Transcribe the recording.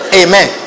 amen